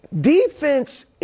Defense